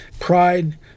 Pride